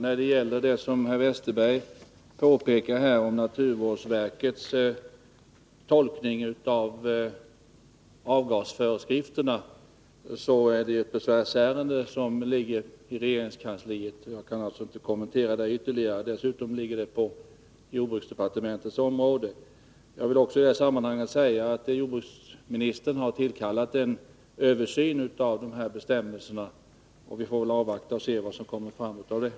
Fru talman! Frågan om naturvårdsverkets tolkning av avgasföreskrifterna föreligger som ett besvärsärende i regeringskansliet inom jordbruksdepartementets område, och jag kan alltså inte kommentera det ytterligare. Jag vill i detta sammanhang säga att jordbruksministern igångsatt en översyn av dessa bestämmelser. Vi får väl avvakta och se vad detta leder till.